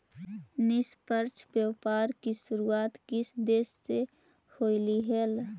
निष्पक्ष व्यापार की शुरुआत किस देश से होलई हल